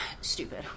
stupid